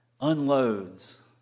unloads